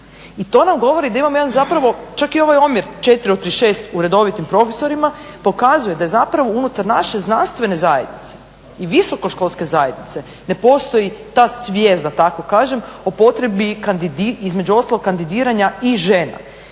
i to nam govori da imamo jedan zapravo čak i ovaj omjer 4 od 36 u redovitim profesorima pokazuje da je zapravo unutar naše znanstvene zajednice i visokoškolske zajednice ne postoji ta svijest da tako kažem o potrebi između ostalog kandidiranja i žena.